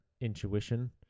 intuition